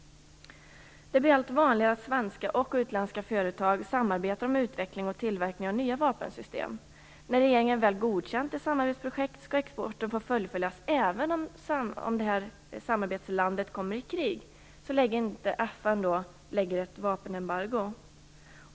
Det blir allt vanligare att svenska och utländska företag samarbetar om utveckling och tillverkning av nya vapensystem. När regeringen väl godkänt ett samarbetsprojekt skall exporten få fullföljas även om samarbetslandet kommer i krig så länge FN inte lägger ett vapenembargo.